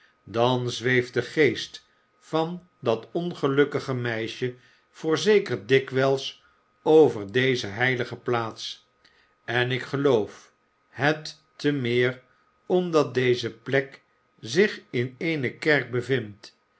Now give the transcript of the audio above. dan zweeft de geest van dat ongelukkige meisje voorzeker dikwijls over deze heilige plaats en ik geloof het te meer omdat die plek zich in eene kerk bevindt